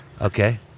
Okay